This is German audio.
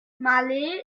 malé